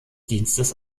dienstes